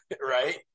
Right